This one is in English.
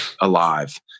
alive